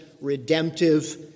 redemptive